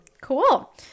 Cool